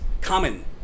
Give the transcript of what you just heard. common